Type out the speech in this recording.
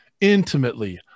intimately